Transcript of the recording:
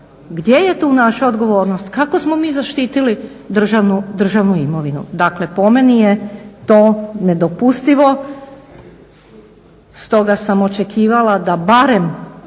Gdje je tu naša odgovornost? Kako smo mi zaštitili državnu imovinu? Dakle po meni je to nedopustivo. Stoga sam očekivala da barem